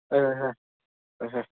ꯍꯣꯏ ꯍꯣꯏ ꯍꯣꯏ ꯍꯣꯏ ꯍꯣꯏ